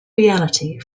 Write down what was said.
reality